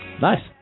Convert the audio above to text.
Nice